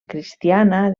cristiana